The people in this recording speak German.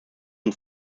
und